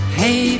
hey